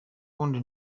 ubundi